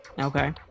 Okay